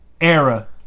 era